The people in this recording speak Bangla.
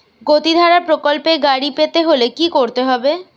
গতিধারা প্রকল্পে গাড়ি পেতে হলে কি করতে হবে?